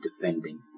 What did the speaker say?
defending